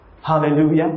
Hallelujah